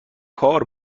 کار